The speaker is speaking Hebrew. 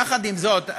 יחד עם זאת,